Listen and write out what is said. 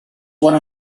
one